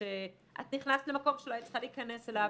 את נכנסת למקום שלא היית צריכה להיכנס אליו,